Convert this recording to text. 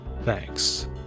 Thanks